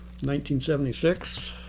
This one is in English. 1976